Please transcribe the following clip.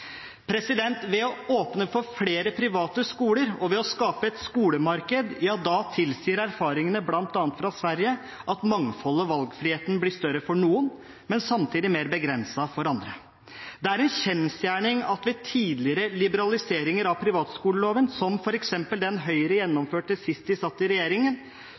i. Ved å åpne for flere private skoler og ved å skape et skolemarked tilsier erfaringene, bl.a. fra Sverige, at mangfoldet og valgfriheten blir større for noen, men samtidig mer begrenset for andre. Det er en kjensgjerning at ved tidligere liberaliseringer av privatskoleloven, som f.eks. den Høyre gjennomførte sist de satt i